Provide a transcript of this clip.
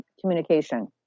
communication